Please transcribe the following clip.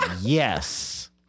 yes